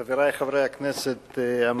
תודה, חברי חברי הכנסת המציעים,